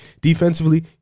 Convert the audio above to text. Defensively